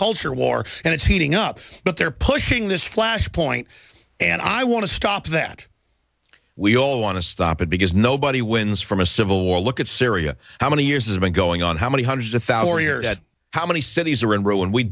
culture war and it's heating up but they're pushing this flashpoint and i want to stop that we all want to stop it because nobody wins from a civil war look at syria how many years has been going on how many hundreds of thousands here how many cities are in row and we